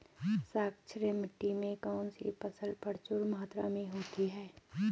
क्षारीय मिट्टी में कौन सी फसल प्रचुर मात्रा में होती है?